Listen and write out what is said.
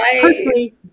personally